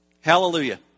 Hallelujah